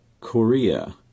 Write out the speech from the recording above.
Korea